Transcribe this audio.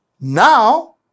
now